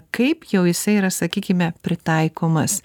kaip jau jisai yra sakykime pritaikomas